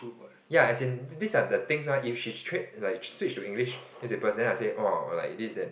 ya as in this are the things mah if she change like switch to English newspaper then I will say like oh this is an